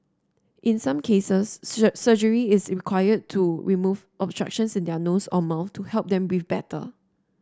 in some cases surgery is required to remove obstructions in their nose or mouth to help them breathe better